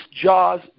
jaws